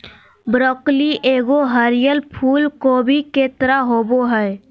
broccoli एगो हरीयर फूल कोबी के तरह होबो हइ